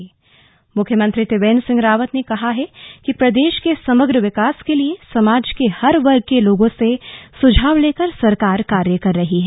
slug Vikasnagar योजनाएं मुख्यमंत्री त्रिवेन्द्र सिंह रावत ने कहा है कि प्रदेश के समग्र विकास के लिए समाज के हर वर्ग के लोगों से सुझाव लेकर सरकार कार्य कर रही है